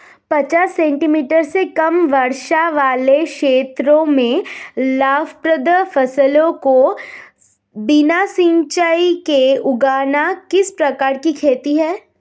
पचास सेंटीमीटर से कम वर्षा वाले क्षेत्रों में लाभप्रद फसलों को बिना सिंचाई के उगाना किस प्रकार की खेती है?